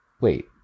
Wait